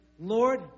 Lord